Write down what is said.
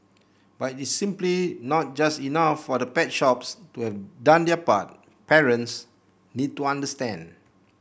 but it's simply not just enough for the pet shops to have done their part parents need to understand